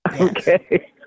Okay